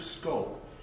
scope